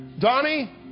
Donnie